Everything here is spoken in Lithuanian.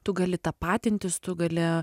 tu gali tapatintis tu gali